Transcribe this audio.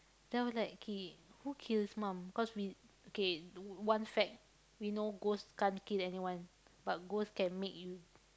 then I was like K who kill his mum cause we K one fact we know ghost can't kill anyone but ghost can make you